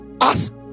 Ask